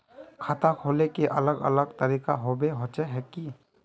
खाता खोले के अलग अलग तरीका होबे होचे की?